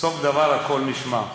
סוף דבר הכול נשמע,